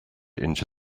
into